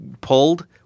pulled